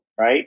right